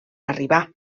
arribar